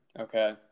okay